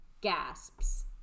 Gasps